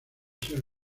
ser